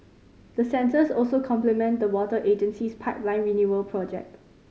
the sensors also complement the water agency's pipeline renewal project